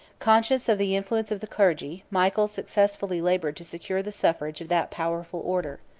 conscious of the influence of the clergy, michael successfully labored to secure the suffrage of that powerful order.